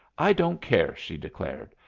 i don't care, she declared.